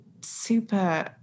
Super